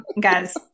guys